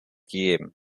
gegeben